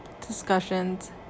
discussions